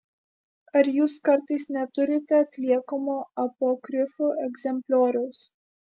ar jūs kartais neturite atliekamo apokrifų egzemplioriaus